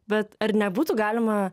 bet ar nebūtų galima